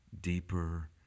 deeper